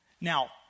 Now